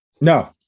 No